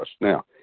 now